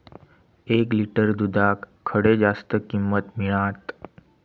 एक लिटर दूधाक खडे जास्त किंमत मिळात?